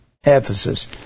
ephesus